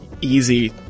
easy